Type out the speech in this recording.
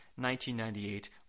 1998